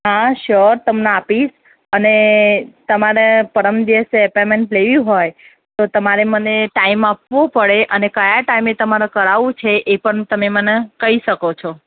હા શ્યોર તમને આપીશ અને તમારે પરમ દિવસે અપોઈમેંટ લેવી હોય તો તમારે મને ટાઈમ આપવો પડે અને કયા ટાઈમે તમારે કરાવવું છે એ પણ તમે મને કહી શકો છો